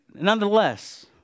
nonetheless